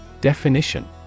Definition